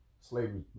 Slavery